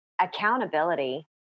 accountability